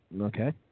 Okay